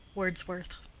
wordsworth.